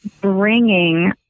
bringing